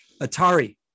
Atari